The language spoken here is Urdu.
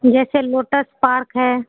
جیسے لوٹس پارک ہے